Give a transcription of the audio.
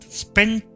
spend